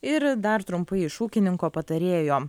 ir dar trumpai iš ūkininko patarėjo